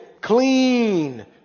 clean